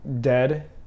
dead